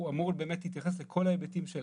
אמור באמת להתייחס לכל ההיבטים של